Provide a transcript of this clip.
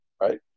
right